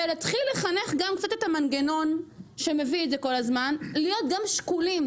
ולהתחיל לחנך גם את המנגנון שמביא את זה כל הזמן להיות גם שקולים,